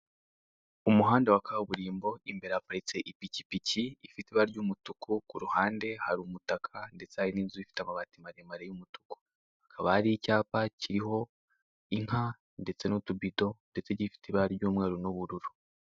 Umuhanda wa kaburimbo imbere haparitse ipikipiki ifite ibara ry'umutu, ku ruhande hari umutaka ndetse hari n'inzu ifite amabati maremare y'umutuku, hakaba hari icyapa kiriho inka ndetse n'utubido ndetse gifite ibara ry'umweru n'ubururu.